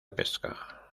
pesca